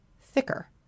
thicker